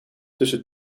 tussen